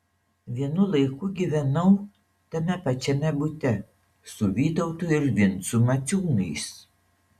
vienu laiku gyvenau tame pačiame bute su vytautu ir vincu maciūnais